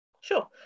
Sure